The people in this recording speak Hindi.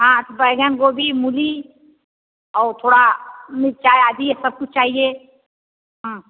हाँ बैंगन गोभी मूली और थोड़ा मिर्चा आदि ये सब कुछ चाहिए हाँ